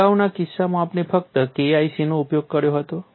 અગાઉના કિસ્સાઓમાં આપણે ફક્ત KIC નો ઉપયોગ કર્યો હતો